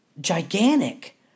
gigantic